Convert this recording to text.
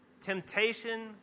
temptation